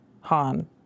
Han